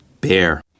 Bear